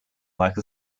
like